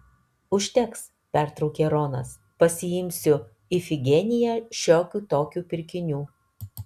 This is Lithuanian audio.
užteks pertraukė ronas pasiimsiu ifigeniją šiokių tokių pirkinių